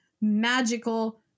magical